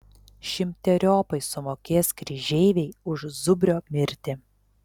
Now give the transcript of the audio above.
šimteriopai sumokės kryžeiviai už zubrio mirtį